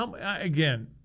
again